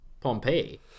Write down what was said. pompeii